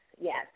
yes